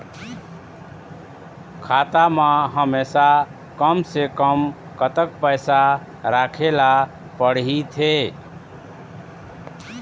खाता मा हमेशा कम से कम कतक पैसा राखेला पड़ही थे?